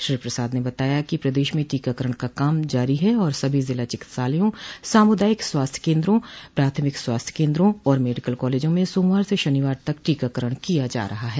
श्री प्रसाद ने बताया कि प्रदेश में टीकाकरण का काम जारी है और सभी ज़िला चिकित्सालयों सामुदायिक स्वास्थ्य केन्द्रों प्राथमिक स्वास्थ्य केन्द्रों और मेडिकल कॉलेजों में सोमवार से शनिवार तक टीकाकरण किया जा रहा है